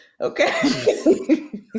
okay